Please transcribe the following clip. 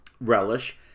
relish